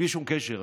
בלי שום קשר,